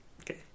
Okay